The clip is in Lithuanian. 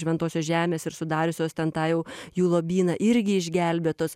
šventosios žemės ir sudariusios ten tą jau jų lobyną irgi išgelbėtos